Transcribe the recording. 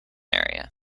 area